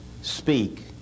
speak